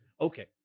Okay